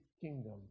kingdom